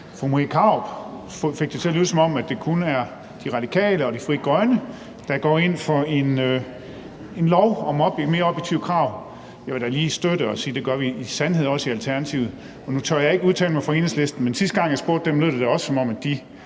fru Marie Krarup fik det til at lyde, som om det kun er De Radikale og Frie Grønne, der går ind for en lov om mere objektive krav. Jeg vil lige sige, at det gør vi i sandhed også i Alternativet. Og nu tør jeg ikke udtale mig for Enhedslisten, men sidste gang jeg spurgte dem, lød det da, som om de